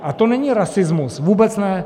A to není rasismus, vůbec ne!